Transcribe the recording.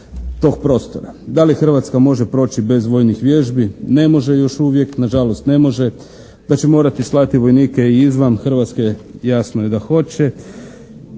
Da li Hrvatska može proći bez vojnih vježbi? Ne može još uvijek, nažalost ne može. Da će morati slati vojnike i izvan Hrvatske jasno je da hoće,